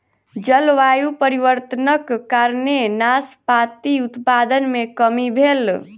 जलवायु परिवर्तनक कारणेँ नाशपाती उत्पादन मे कमी भेल